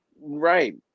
right